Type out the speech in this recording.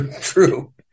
True